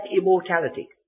immortality